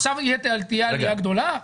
עכשיו תהיה עלייה גדולה,